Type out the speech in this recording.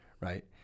right